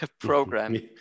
program